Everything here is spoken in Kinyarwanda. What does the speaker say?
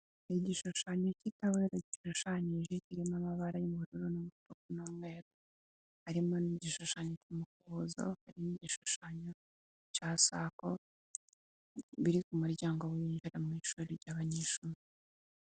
Ni igishushanyo cy'itara kirashushanyije kirimo amabara y'ubururu n'umweru harimo n'igishushanyo muboza hari igishushanyo cya sako biri ku muryango winjira mu ishuri ry'abanyeshuri.